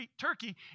turkey